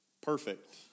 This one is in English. perfect